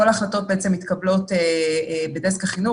כל ההחלטות מתקבלות בדסק החינוך,